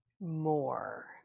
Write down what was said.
more